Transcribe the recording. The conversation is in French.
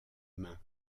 main